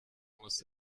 muss